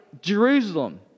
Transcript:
Jerusalem